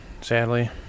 Sadly